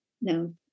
no